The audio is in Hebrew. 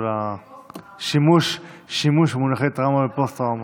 על השימוש במונחי טראומה ופוסט-טראומה.